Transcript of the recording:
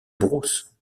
brousse